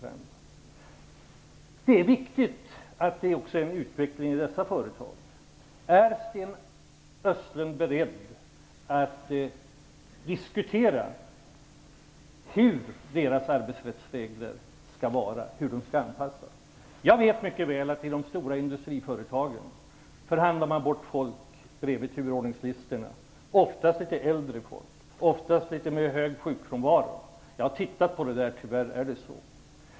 Det är viktigt att det också sker en utveckling i dessa företag. Är Sten Östlund beredd att diskutera hur deras arbetsrättsregler skall vara och hur de skall anpassas? Jag vet mycket väl att man i de stora industriföretagen förhandlar bort folk bredvid turordningslistorna, oftast litet äldre människor, oftast människor med litet hög sjukfrånvaro. Jag har tittat närmare på det - tyvärr är det så.